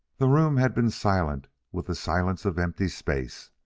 the room had been silent with the silence of empty space,